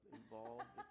involved